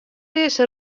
dizze